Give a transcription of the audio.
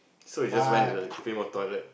so he just went into like female toilet